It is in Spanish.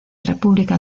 república